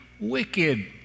wicked